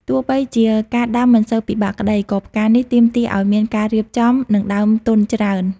ទោះបីជាការដាំមិនសូវពិបាកក្ដី ក៏ផ្កានេះទាមទារឱ្យមានការរៀបចំ និងដើមទុនច្រើន។